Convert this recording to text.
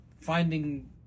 finding